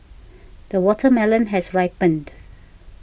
the watermelon has ripened